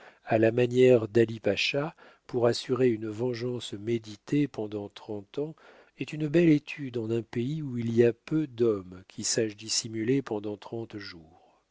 à la manière d'ali-pacha pour assurer une vengeance méditée pendant trente ans est une belle étude en un pays où il y a peu d'hommes qui sachent dissimuler pendant trente jours